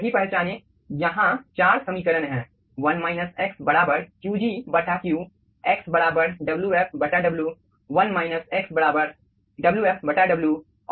सही पहचानें यहां 4 समीकरण हैं QgQ x WfW WfW और x ifg